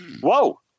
Whoa